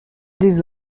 des